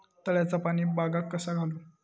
तळ्याचा पाणी बागाक कसा घालू?